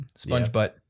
SpongeButt